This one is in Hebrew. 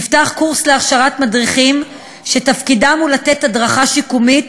ונפתח קורס להכשרת מדריכים שתפקידם לתת הדרכה שיקומית,